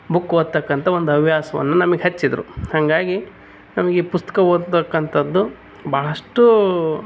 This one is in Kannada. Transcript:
ಬುಕ್ ಓದ್ತಾಕ್ಕಂಥ ಒಂದು ಹವ್ಯಾಸವನ್ನು ನಮಗೆ ಹಚ್ಚಿದ್ರು ಹಂಗಾಗಿ ನಮಗೆ ಪುಸ್ತಕ ಓದ್ತಾಕ್ಕಂಥದ್ದು ಭಾಳಷ್ಟೂ